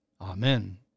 Amen